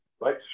right